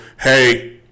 hey